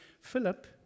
Philip